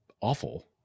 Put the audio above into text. awful